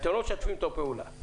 לא משתפים אותו פעולה?